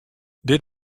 dit